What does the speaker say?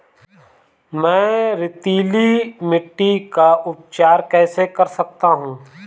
मैं रेतीली मिट्टी का उपचार कैसे कर सकता हूँ?